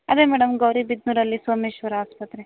ಅದೇ ಮೇಡಮ್ ಗೌರಿಬಿದನೂರಲ್ಲಿ ಸೋಮೇಶ್ವರ ಆಸ್ಪತ್ರೆ